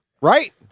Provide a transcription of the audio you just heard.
Right